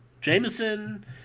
Jameson